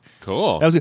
Cool